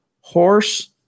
horse